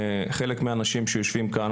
חלק מהאנשים שיושבים כאן,